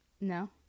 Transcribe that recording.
No